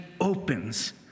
opens